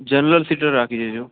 general seater રાખી દે જો